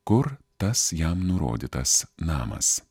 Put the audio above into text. kur tas jam nurodytas namas